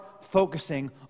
focusing